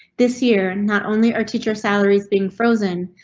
this year, not only our teacher salaries being frozen,